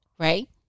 Right